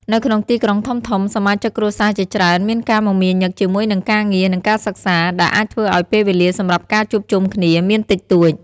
នៅក្នុងទីក្រុងធំៗ សមាជិកគ្រួសារជាច្រើនមានការមមាញឹកជាមួយនឹងការងារ និងការសិក្សា ដែលអាចធ្វើឲ្យពេលវេលាសម្រាប់ការជួបជុំគ្នាមានតិចតួច។